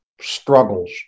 struggles